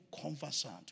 conversant